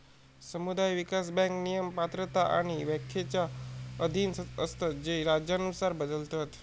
समुदाय विकास बँक नियम, पात्रता आणि व्याख्येच्या अधीन असतत जे राज्यानुसार बदलतत